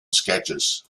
sketches